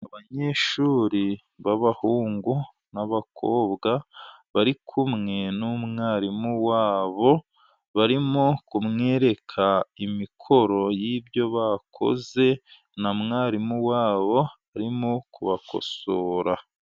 Abanyeshuri b'abahungu n'abakobwa bari kumwe n'umwarimu wabo, barimo kumwereka imikoro y'ibyo bakoze na mwarimu wabo arimo kubakosora.